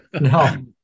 no